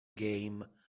game